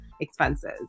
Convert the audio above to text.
expenses